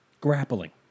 Grappling